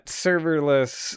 serverless